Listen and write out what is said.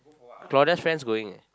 Claudia's friends going